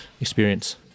experience